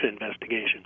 investigation